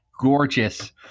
gorgeous